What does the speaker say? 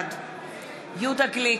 בעד יהודה גליק,